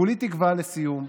כולי תקווה, לסיום,